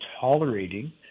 tolerating